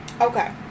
Okay